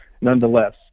nonetheless